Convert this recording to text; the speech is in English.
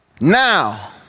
Now